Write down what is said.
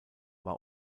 war